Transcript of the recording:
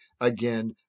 again